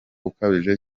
ukabije